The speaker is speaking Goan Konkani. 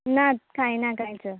ना खांयना कांयच